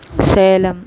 Salem